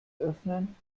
öffnen